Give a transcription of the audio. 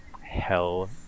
Hell